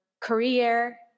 career